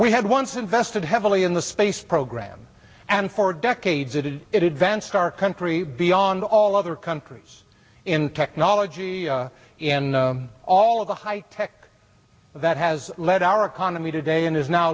we had once invested heavily in the space program and for decades it is it advanced our country beyond all other countries in technology in all of the high tech that has led our economy today and is now